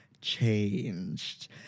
changed